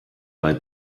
bei